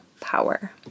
power